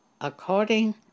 according